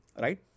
right